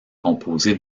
composée